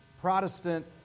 Protestant